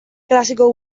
klasiko